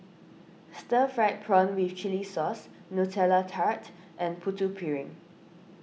Stir Fried Prawn with Chili Sauce Nutella Tart and Putu Piring